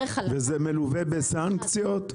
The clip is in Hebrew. זה מלווה בסנקציות?